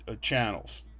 channels